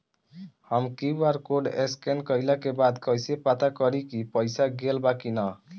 हम QR code scan कइला के बाद कइसे पता करि की पईसा गेल बा की न?